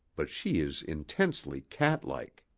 but she is intensely cat-like.